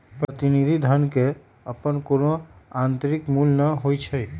प्रतिनिधि धन के अप्पन कोनो आंतरिक मूल्य न होई छई